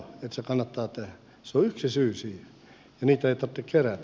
se on yksi syy siihen